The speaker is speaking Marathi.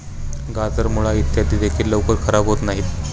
गाजर, मुळा इत्यादी देखील लवकर खराब होत नाहीत